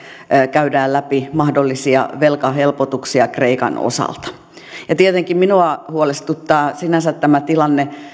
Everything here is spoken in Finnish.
käydään läpi mahdollisia velkahelpotuksia kreikan osalta tietenkin minua huolestuttaa sinänsä tämä tilanne